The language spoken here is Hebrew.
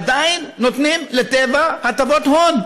עדיין נותנים לטבע הטבות הון.